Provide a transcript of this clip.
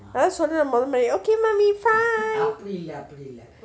அதா சொன்னேனே மொத மாதிரி:atha sonnenen motha mathiri okay mummy fine